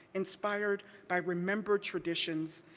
inspired by remembered traditions,